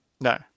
No